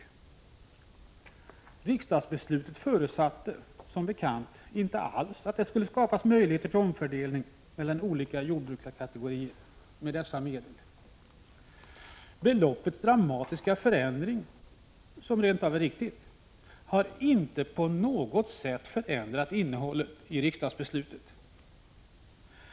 Riksdagsbeslutet förutsatte som bekant inte alls att det skulle skapas möjligheter till omfördelning mellan olika jordbrukarkategorier av dessa medel. Beloppets dramatiska förändring, som rent av är riktig, har inte på något sätt förändrat innehållet i riksdagsbeslutet.